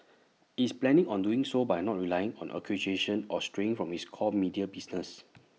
IT is planning on doing so by not relying on acquisitions or straying from its core media business